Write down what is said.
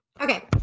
Okay